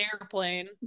airplane